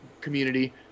community